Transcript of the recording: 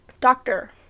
doctor